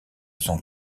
son